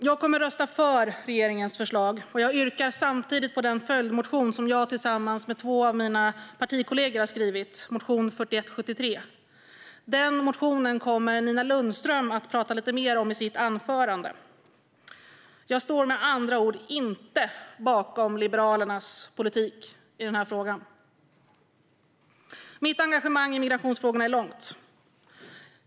Jag kommer att rösta för regeringens förslag, och jag yrkar bifall till den följdmotion jag tillsammans med två av mina partikollegor har skrivit, motion 4173. Den motionen kommer Nina Lundström att prata mer om i sitt anförande. Jag står med andra ord inte bakom Liberalernas politik i den här frågan. Mitt engagemang i migrationsfrågor är långvarigt.